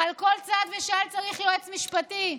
ועל כל צעד ושעל צריך יועץ משפטי,